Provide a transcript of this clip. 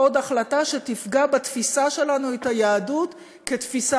או עוד החלטה שתפגע בתפיסה שלנו את היהדות כתפיסה